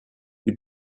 die